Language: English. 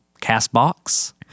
Castbox